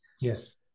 Yes